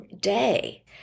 day